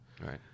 Right